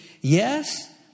Yes